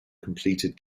completed